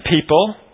people